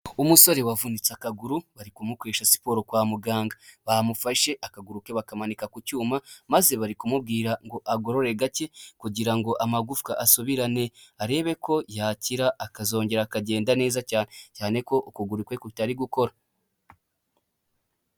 Umusore wafunitse akaguru bari kumukoresha siporo kwa muganga, bamufashe akaguru ke bakamanika ku cyuma maze bari kumubwira ngo agorore gake kugira ngo amagufwa asubirane arebe ko yakira akazongera akagenda neza cyane cyane ko ukuguru kwe kutari gukora.